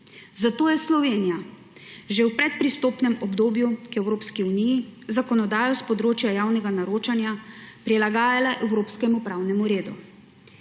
zato je Slovenija že v predpristopnem obdobju k Evropski uniji zakonodajo s področja javnega naročanja prilagajala evropskemu pravnemu redu.